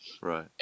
right